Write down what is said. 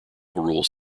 rules